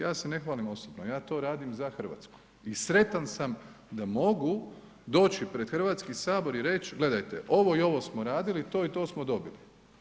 Ja se ne hvalim osobno, ja to radim za RH i sretan sam da mogu doći pred HS i reć gledajte ovo i ovo smo radili, to i to smo dobili.